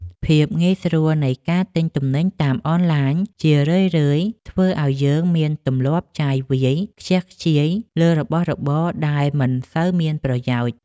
ភាពងាយស្រួលនៃការទិញទំនិញតាមអនឡាញជារឿយៗធ្វើឱ្យយើងមានទម្លាប់ចាយវាយខ្ជះខ្ជាយលើរបស់របរដែលមិនសូវមានប្រយោជន៍។